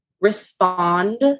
respond